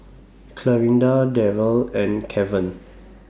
Clarinda Daryl and Keven